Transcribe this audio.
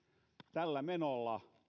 tällä menolla